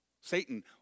Satan